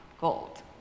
gold